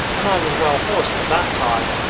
and i was well horsed at that time,